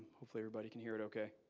hopefully, everybody can hear it ok.